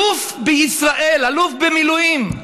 אלוף בישראל, אלוף במילואים,